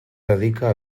dedica